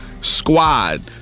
squad